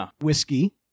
whiskey